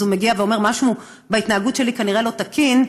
אז הוא מגיע ואומר: משהו בהתנהגות שלי כנראה לא תקין,